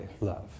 love